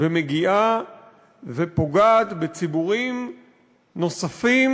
ומגיעה ופוגעת בציבורים נוספים.